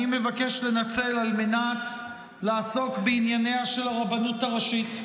אני מבקש לנצל על מנת לעסוק בענייניה של הרבנות הראשית.